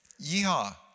Yeehaw